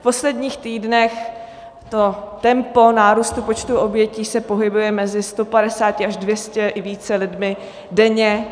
V posledních týdnech to tempo nárůstu počtu obětí se pohybuje mezi 150 až 200 i více lidmi denně.